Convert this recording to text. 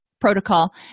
protocol